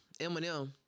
Eminem